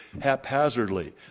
haphazardly